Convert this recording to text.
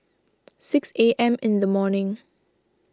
six A M in the morning